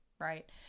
right